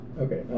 Okay